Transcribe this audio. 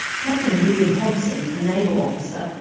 captain william hobson, a naval officer,